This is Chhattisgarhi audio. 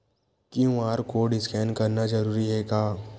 क्यू.आर कोर्ड स्कैन करना जरूरी हे का?